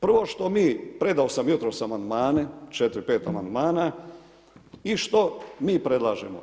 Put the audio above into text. Prvo što mi, predao sam jutros amandmane, 4, 5 amandmana i što mi predlažemo?